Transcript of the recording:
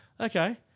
okay